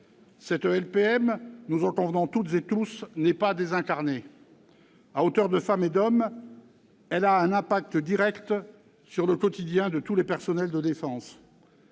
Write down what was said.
Cette LPM, nous en convenons toutes et tous, n'est pas désincarnée. « À hauteur de femmes et d'hommes », elle a un impact direct sur le quotidien de tous les personnels de défense.